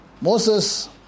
Moses